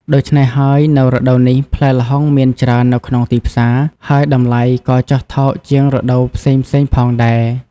ដូច្នេះហើយ នៅរដូវនេះ ផ្លែល្ហុងមានច្រើននៅក្នុងទីផ្សារ ហើយតម្លៃក៏ចុះថោកជាងរដូវផ្សេងៗផងដែរ។